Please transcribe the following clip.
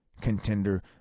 contender